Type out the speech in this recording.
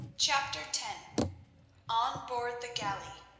chapter ten on board the galley